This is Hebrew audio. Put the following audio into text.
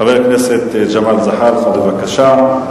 חבר הכנסת ג'מאל זחאלקה, בבקשה.